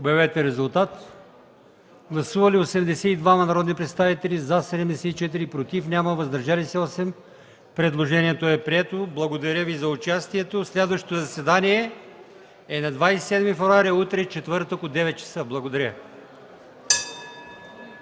на гласуване. Гласували 82 народни представители: за 74, против няма, въздържали се 8. Предложението е прието. Благодаря Ви за участието. Следващото заседание е на 27 февруари 2014 г., четвъртък, от 9,00 ч. Благодаря.